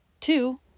Two